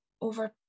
over